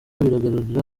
bigaragarira